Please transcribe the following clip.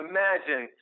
Imagine